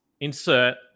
insert